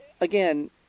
again